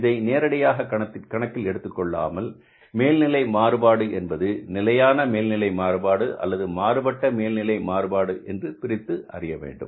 இதை நேரடியாக கணக்கில் எடுத்துக்கொள்ளாமல் மேல் நிலை மாறுபாடு என்பது நிலையான மேல் நிலை மாறுபாடு அல்லது மாறுபட்ட மேல்நிலை மாறுபாடு என்று பிரித்து அறிய வேண்டும்